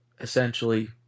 essentially –